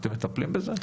אתם מטפלים בזה?